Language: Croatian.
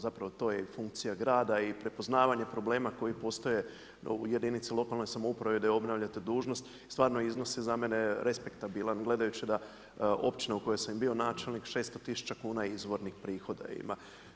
Zapravo, to je i funkcija grada i prepoznavanje problema koji postoje u jedinici lokalne samouprave gdje obnašate dužnost, stvarni iznos za mene respektabilan gledajući da općina u kojoj sam bio načelnik 600 tisuća kuna izvornih prihoda ima.